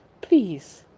Please